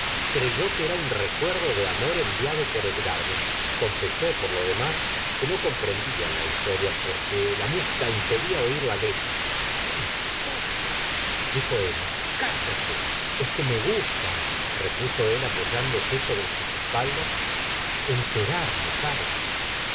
creyó que era un recuerdo de amor enviado por edgardo confesó por lo demás que no comprendía la historia porque la música impedía oir la letra qué importa dijo emma cállate gustavo flaubert es que me gusta reptso él apoyándose sobre sus espaldas enterarme sabes